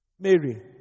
Mary